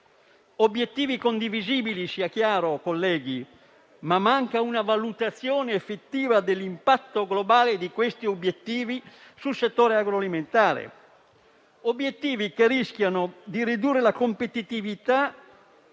obiettivi condivisibili, sia chiaro, colleghi, ma manca una valutazione effettiva dell'impatto globale di questi obiettivi sul settore agroalimentare. Sono obiettivi che rischiano di ridurre la competitività